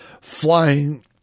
flying